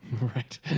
Right